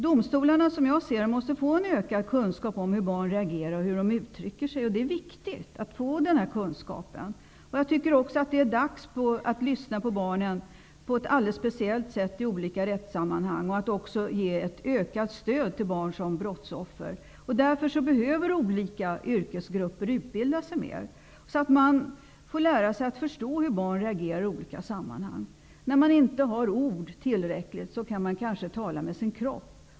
Som jag ser det måste domstolarna få en ökad kunskap om hur barn reagerar och hur de uttrycker sig. Det är viktigt att få denna kunskap. Det är dags att lyssna på barnen på ett alldeles speciellt sätt i olika rättsliga sammanhang och att också ge ett ökat stöd till barn som brottsoffer. Olika yrkesgrupper behöver därför utbilda sig mer så att de får lära sig att förstå hur barn reagerar i olika sammanhang. När de inte har tillräckligt med ord kan de kanske tala med sin kropp.